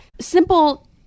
simple